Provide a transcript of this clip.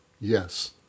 Yes